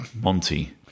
Monty